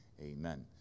Amen